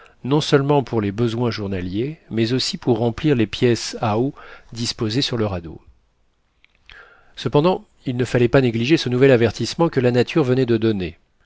non seulement pour les besoins journaliers mais aussi pour remplir les pièces à eau disposées sur le radeau cependant il ne fallait pas négliger ce nouvel avertissement que la nature venait de donner